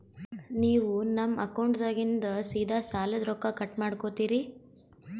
ನೀವು ನಮ್ಮ ಅಕೌಂಟದಾಗಿಂದ ಸೀದಾ ಸಾಲದ ರೊಕ್ಕ ಕಟ್ ಮಾಡ್ಕೋತೀರಿ?